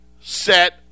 set